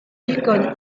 nikon